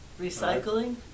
Recycling